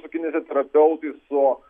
su kineziterapeutais su